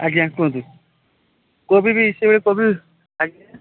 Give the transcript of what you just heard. ଆଜ୍ଞା କୁହନ୍ତୁ କୋବି ବି ସେ ଭଳି କୋବି ଆଜ୍ଞା